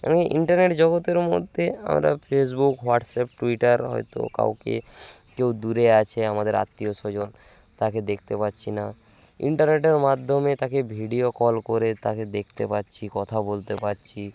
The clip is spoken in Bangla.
এই ইন্টারনেট জগতের মধ্যে আমরা ফেসবুক হোয়াটসঅ্যাপ টুইটার হয়তো কাউকে কেউ দূরে আছে আমাদের আত্মীয় স্বজন তাকে দেখতে পাচ্ছি না ইন্টারনেটের মাধ্যমে তাকে ভিডিও কল করে তাকে দেখতে পাচ্ছি কথা বলতে পাছি